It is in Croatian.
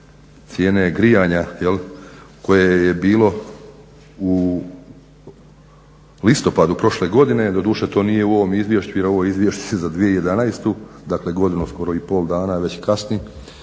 cijene grijanja koje je bilo u listopadu prošle godine. Doduše to nije u ovom izvješću jer ovo je izvješće za 2011., dakle godinu skoro i pol dana već kasni.